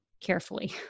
carefully